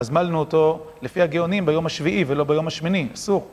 אז מלנו אותו לפי הגאונים ביום השביעי ולא ביום השמיני, אסור.